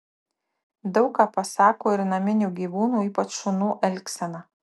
daug ką pasako ir naminių gyvūnų ypač šunų elgsena